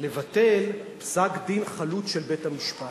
לבטל פסק-דין חלוט של בית-המשפט.